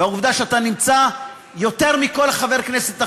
ועל העובדה שאתה נמצא יותר מכל חבר כנסת אחר,